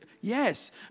Yes